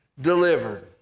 delivered